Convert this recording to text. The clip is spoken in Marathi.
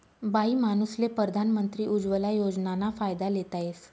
बाईमानूसले परधान मंत्री उज्वला योजनाना फायदा लेता येस